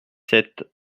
sept